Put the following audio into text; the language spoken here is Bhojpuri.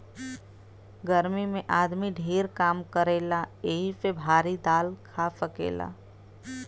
गर्मी मे आदमी ढेर काम करेला यही से भारी दाल खा सकेला